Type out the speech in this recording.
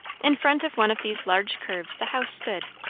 in front of one of these large curves the house stood,